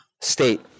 state